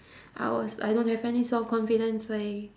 I was I don't have any self-confidence I